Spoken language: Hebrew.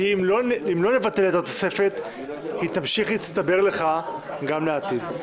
כי אם לא נבטל את התוספת היא תמשיך להצטבר לך גם לעתיד.